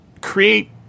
create